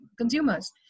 consumers